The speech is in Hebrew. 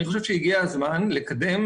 אני חושב שהגיע הזמן לקדם,